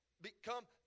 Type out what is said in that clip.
become